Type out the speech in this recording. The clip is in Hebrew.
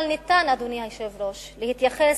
ניתן, אדוני היושב-ראש, להתייחס